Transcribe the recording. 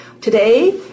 today